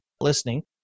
listening